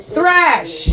Thrash